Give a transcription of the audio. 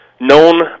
known